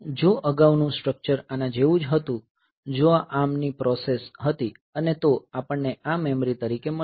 જો અગાઉ નું સ્ટ્રક્ચર આના જેવું જ હતું જો આ ARM ની પ્રોસેસ હતી અને તો આપણને આ મેમરી તરીકે મળી છે